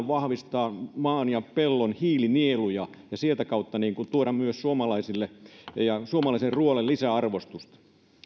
vahvistaa maan ja pellon hiilinieluja ja sitä kautta tuoda myös suomalaisille ja suomalaiselle ruualle lisää arvostusta